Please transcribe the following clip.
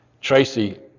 Tracy